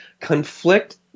conflict